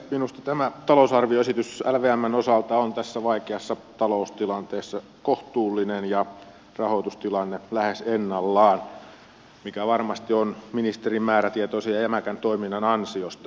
minusta tämä talousarvioesitys lvmn osalta on tässä vaikeassa taloustilanteessa kohtuullinen ja rahoitustilanne lähes ennallaan mikä varmasti on ministerin määrätietoisen ja jämäkän toiminnan ansiota